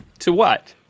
to what?